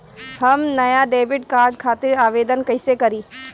हम नया debit card खातिर आवेदन कईसे करी?